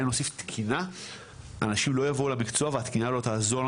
רצים ממקום למקום ורואים